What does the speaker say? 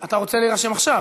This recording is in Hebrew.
אתה רוצה להירשם עכשיו,